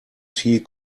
tea